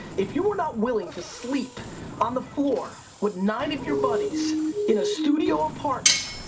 if you are not willing to sleep on the floor with nine of your buddies in a studio apartment,